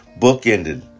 bookended